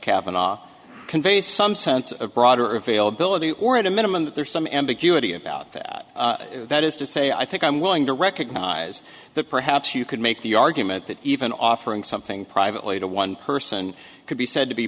kavanagh convey some sense of broader availability or at a minimum that there's some ambiguity about that that is to say i think i'm willing to recognize that perhaps you could make the argument that even offering something privately to one person could be said to be